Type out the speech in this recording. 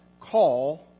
Call